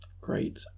Great